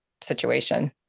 situation